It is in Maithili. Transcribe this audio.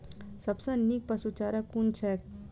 सबसँ नीक पशुचारा कुन छैक?